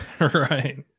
Right